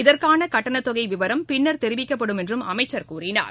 இதற்கானகட்டணத்தொகைவிவரம் பின்னர் தெரிவிக்கப்படும் என்றும் அவர் கூறினார்